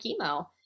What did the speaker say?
chemo